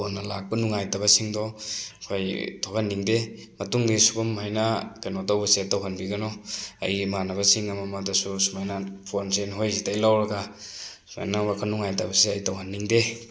ꯀꯣꯟꯅ ꯂꯥꯛꯄ ꯅꯨꯡꯉꯥꯏꯇꯕꯁꯤꯡꯗꯣ ꯑꯩꯈꯣꯏ ꯊꯣꯛꯍꯟꯅꯤꯡꯗꯦ ꯃꯇꯨꯡꯗꯤ ꯁꯤꯒꯨꯝ ꯍꯥꯏꯅ ꯀꯩꯅꯣ ꯇꯧꯕꯁꯦ ꯇꯧꯍꯟꯕꯤꯒꯅꯣ ꯑꯩ ꯏꯃꯥꯅꯕꯁꯤꯡ ꯑꯃꯃꯗꯁꯨ ꯁꯨꯃꯥꯏꯅ ꯐꯣꯟꯁꯦ ꯅꯣꯏ ꯁꯤꯗꯩ ꯂꯧꯔꯒ ꯁꯨꯃꯥꯏꯅ ꯋꯥꯈꯟ ꯅꯨꯡꯉꯥꯏꯇꯕꯁꯦ ꯑꯩ ꯇꯧꯍꯟꯅꯤꯡꯗꯦ